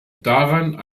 daran